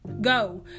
Go